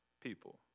people